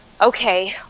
okay